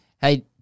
Hey